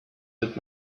that